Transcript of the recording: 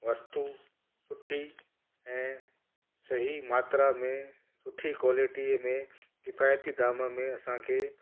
वस्तु सुठी ऐं सही मात्रा में सुठी कॉलिटीअ में किफ़ायती दाम में असांखे